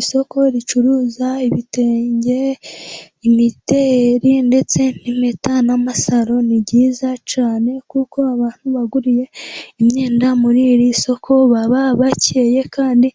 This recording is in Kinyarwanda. Isoko ricuruza ibitenge, imideri ndetse n'impeta n'amasaro, ni ryiza cyane kuko abantu baguriye imyenda muri iri soko baba bakeye kandi